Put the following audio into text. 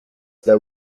there